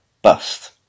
bust